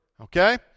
Okay